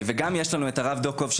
וגם יש לנו את הרב דוקוב,